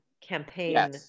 campaign